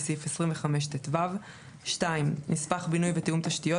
סעיף 25(טו); (2)נספח בינוי ותיאום תשתיות,